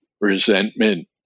resentment